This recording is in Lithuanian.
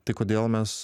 tai kodėl mes